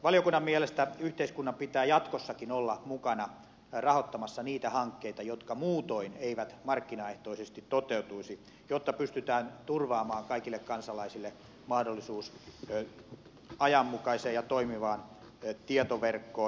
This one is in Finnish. valiokunnan mielestä yhteiskunnan pitää jatkossakin olla mukana rahoittamassa niitä hankkeita jotka muutoin eivät markkinaehtoisesti toteutuisi jotta pystytään turvaamaan kaikille kansalaisille mahdollisuus ajanmukaiseen ja toimivaan tietoverkkoon